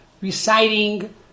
reciting